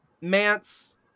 Mance